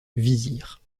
vizir